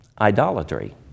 Idolatry